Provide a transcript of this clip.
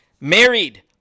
married